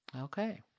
Okay